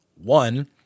One